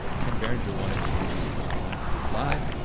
ah ken berenger wanted to ah answer this live.